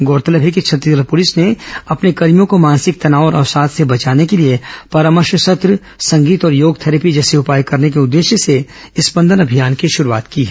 गौरतलब है कि छत्तीसगढ़ पुलिस ने अपने कर्मियों को मानसिक तनाव और अवसाद से बचाने के लिए परामर्श सत्र संगीत और योग थैरेपी जैसे उपाय करने के उद्देश्य से स्पंदन अभियान की शुरूआत की है